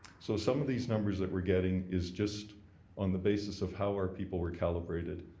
so some of these numbers that we're getting is just on the basis of how our people were calibrated.